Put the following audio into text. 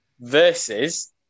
versus